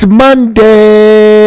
monday